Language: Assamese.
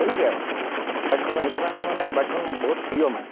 তেনেকেই আৰু বাইকখন সেইটো কাৰণে মানে বাইকখন বহুত প্ৰিয় মানে